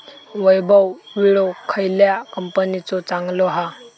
वैभव विळो खयल्या कंपनीचो चांगलो हा?